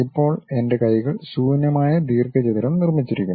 ഇപ്പോൾ എന്റെ കൈകൾ ശൂന്യമായ ദീർഘചതുരം നിർമ്മിച്ചിരിക്കുന്നു